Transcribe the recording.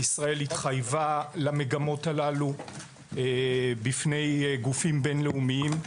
ישראל התחייבה למגמות הללו בפני גופים בין-לאומיים.